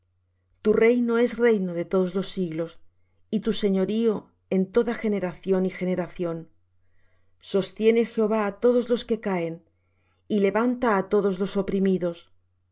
tu reino es reino de todos los siglos y tu señorío en toda generación y generación sostiene jehová á todos los que caen y levanta á todos los oprimidos